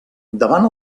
davant